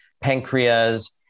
pancreas